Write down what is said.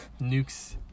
Nukes